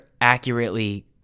accurately